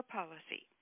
policy